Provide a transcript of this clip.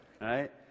right